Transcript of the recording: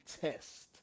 test